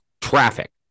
traffic